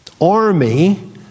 army